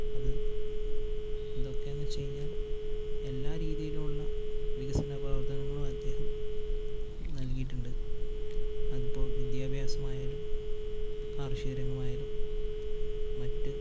അത് എന്തൊക്കെയാണെന്ന് വച്ചുകഴിഞ്ഞാൽ എല്ലാ രീതിയിലുള്ള വികസനപ്രവർത്തനങ്ങളും അദ്ദേഹം നൽകിയിട്ടുണ്ട് അതിപ്പോൾ വിദ്യാഭ്യാസം ആയാലും കാർഷിക രംഗമായാലും മറ്റു